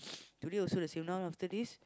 today also the same now after this